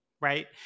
right